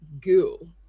goo